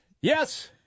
Yes